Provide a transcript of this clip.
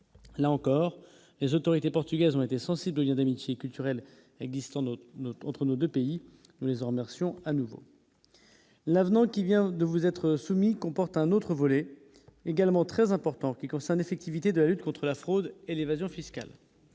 Là encore les autorités portugaises ont été sensibles, il y a des métiers culturels existants note note entre nos 2 pays désormais action à nouveau. L'avenant qui vient de vous être soumis comporte un autre volet, également très important qui concerne effectivité de la lutte contre la fraude et l'évasion fiscale